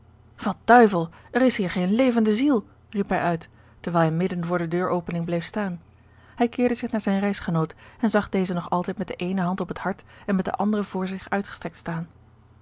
wat duivel er is hier geen levende ziel riep hij uit terwijl hij midden voor de deuropening bleef staan hij keerde zich naar zijn reisgenoot en zag dezen nog altijd met de eene hand op het hart en met de andere voor zich uitgestrekt staan